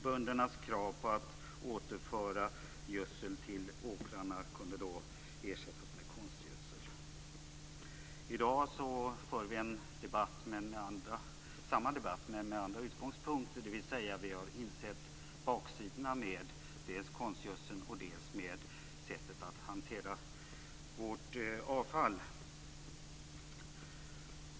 Böndernas krav på att återföra gödsel till åkrarna kunde därmed ersättas med konstgödsel. I dag för vi samma debatt, men med andra utgångspunkter. Vi har insett baksidorna dels med konstgödseln, dels med sättet att hantera vårt avfall.